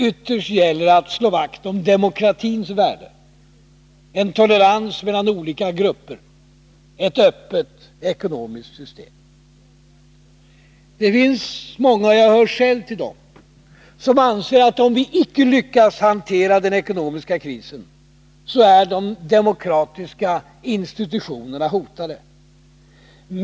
Ytterst gäller det att slå vakt om demokratins värde, en tolerans mellan olika grupper, ett öppet ekonomiskt system. Det finns många — jag själv hör till dem — som anser att om vi icke lyckas med att hantera den ekonomiska krisen, så är de demokratiska institutio nerna hotade.